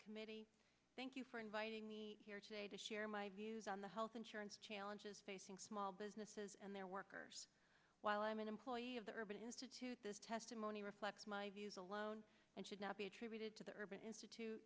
committee thank you for inviting me here today to share my views on the health insurance challenges facing small businesses and their workers while i am an employee of the urban institute this testimony reflects my views alone and should not be attributed to the urban institute